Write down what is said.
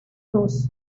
cruz